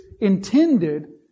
intended